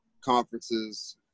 conferences